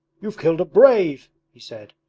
you've killed a brave he said,